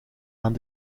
aan